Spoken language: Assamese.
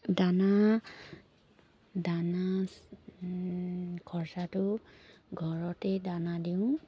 দানা দানা খৰচাটো ঘৰতেই দানা দিওঁ